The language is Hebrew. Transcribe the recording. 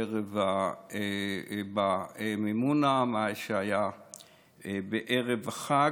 ערב המימונה, מה שהיה בערב החג.